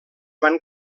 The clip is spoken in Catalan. van